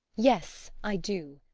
yes, i do.